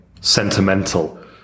sentimental